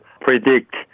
predict